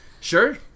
Sure